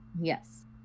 Yes